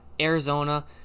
Arizona